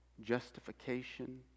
justification